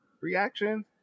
reaction